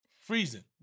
Freezing